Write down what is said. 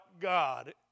God